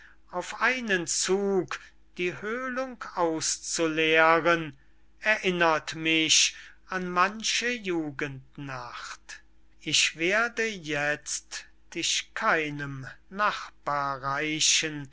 auf einen zug die höhlung auszuleeren erinnert mich an manche jugend nacht ich werde jetzt dich keinem nachbar reichen